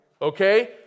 Okay